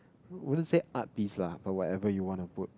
wouldn't say art piece lah but whatever you want to put